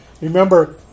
Remember